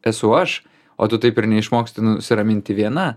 esu aš o tu taip ir neišmoksti nusiraminti viena